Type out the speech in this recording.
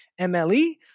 mle